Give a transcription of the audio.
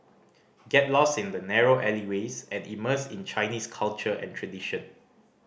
get lost in the narrow alleyways and immerse in Chinese culture and tradition